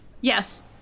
yes